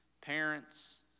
parents